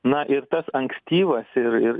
na ir tas ankstyvas ir ir